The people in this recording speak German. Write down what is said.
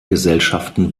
gesellschaften